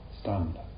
Stunned